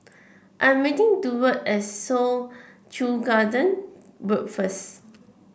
I am meeting Duard at Soo Chow Garden Road first